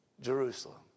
Jerusalem